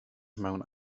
mewn